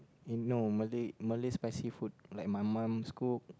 eh no Malay Malay spicy food like my mum's cook